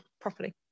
properly